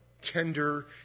Tender